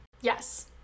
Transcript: Yes